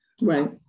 Right